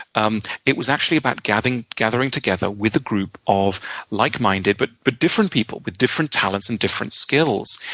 um it was actually about gathering gathering together with a group of like-minded but but different people, with different talents and different skills,